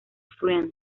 friends